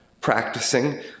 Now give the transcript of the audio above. practicing